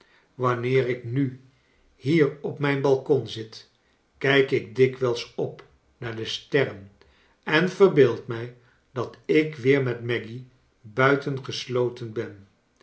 wanneer ik nu hier op mijn balcon zit kijk ik dikwijls op naar de sterren en verbeeld mij dat ik weer met maggy buitengesloten ben